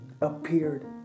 appeared